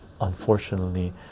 unfortunately